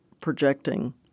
projecting